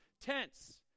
tents